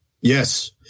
Yes